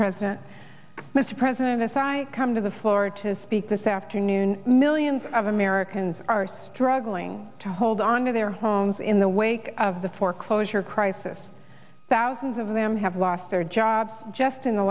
president mr president as i come to the floor to speak this afternoon millions of americans are struggling to hold onto their homes in the wake of the foreclosure crisis thousands of them have lost their jobs just in the